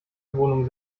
wohnung